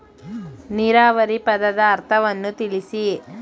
ನೀರಾವರಿ ಪದದ ಅರ್ಥವನ್ನು ತಿಳಿಸಿ?